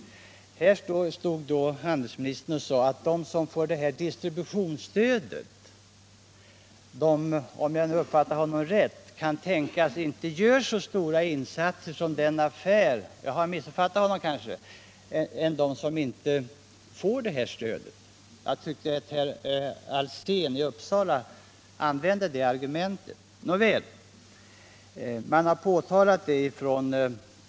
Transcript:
Här stod då handelsministern och sade — om jag nu uppfattade honom rätt — att de som får driftsstödet kan tänkas göra mindre insatser än de som inte får stödet. Jag tyckte att herr Alsén använde det argumentet.